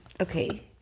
Okay